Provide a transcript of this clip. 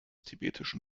tibetischen